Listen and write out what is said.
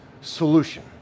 solution